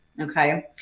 okay